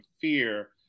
fear